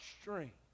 Strength